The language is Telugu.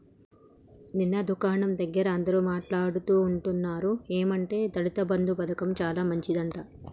నిన్న దుకాణం దగ్గర అందరూ మాట్లాడుకుంటున్నారు ఏమంటే దళిత బంధు పథకం చాలా మంచిదట